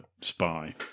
spy